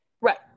right